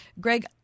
Greg